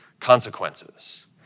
consequences